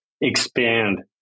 expand